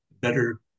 better